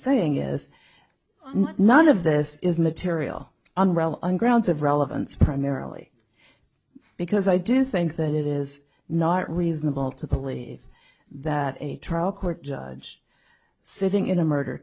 saying is none of this is material on rel on grounds of relevance primarily because i do think that it is not reasonable to believe that a trial court judge sitting in a murder